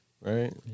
Right